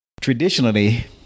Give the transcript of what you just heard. traditionally